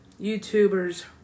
YouTubers